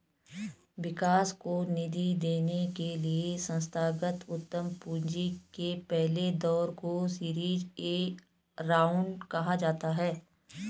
विकास को निधि देने के लिए संस्थागत उद्यम पूंजी के पहले दौर को सीरीज ए राउंड कहा जाता है